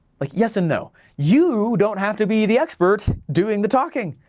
like yes and no. you don't have to be the expert doing the talking.